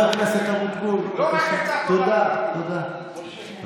ולפיכך בשלב הזה תימסר רק זכאות אותה סיעה למקומות בוועדה ללא פירוט